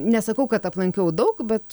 nesakau kad aplankiau daug bet